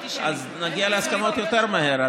אז נגיע להסכמות יותר מהר.